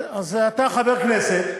אז אתה חבר כנסת.